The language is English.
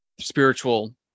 spiritual